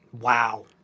Wow